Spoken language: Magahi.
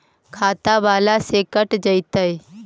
खाता बाला से कट जयतैय?